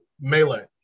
melee